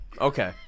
Okay